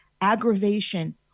aggravation